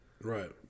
Right